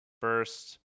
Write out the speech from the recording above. first